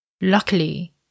Luckily